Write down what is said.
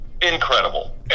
Incredible